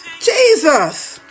Jesus